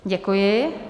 Děkuji.